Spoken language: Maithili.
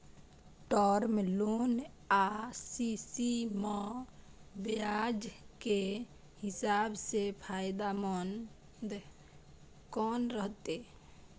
टर्म लोन आ सी.सी म ब्याज के हिसाब से फायदेमंद कोन रहते?